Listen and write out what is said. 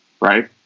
right